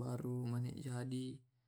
pamaccing paccing mole